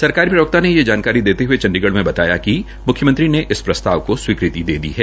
सरकारी प्रवक्ता ने ये जानकारी देते हये चंडीगढ़ में बताया कि मुख्यमंत्री ने इस प्रसताव को स्वीकृति दे दी है